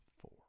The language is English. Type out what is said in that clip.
four